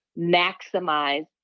maximize